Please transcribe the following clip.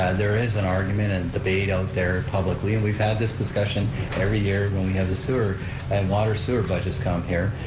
ah there is an argument and debate out there publicly, and we've had this discussion every year when we had the sewer and water sewer budgets come here,